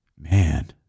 man